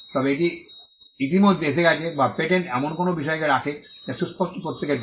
তবে এটি ইতিমধ্যে এসেছে বা পেটেন্ট এমন কোনও বিষয়কে রাখে যা সুস্পষ্ট প্রত্যেকের জন্য